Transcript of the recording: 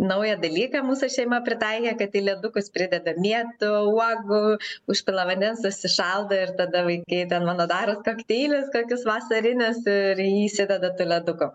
naują dalyką mūsų šeima pritaikė kad į ledukus prideda mėtų uogų užpila vandens užsišaldo ir tada vaikai ten mano daros kokteilius kokius vasarinius ir įsideda tų ledukų